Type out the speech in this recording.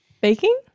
Baking